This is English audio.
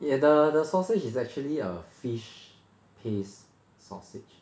yeah the the sausage is actually a fish paste sausage